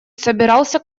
собирался